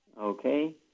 Okay